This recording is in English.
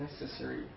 necessary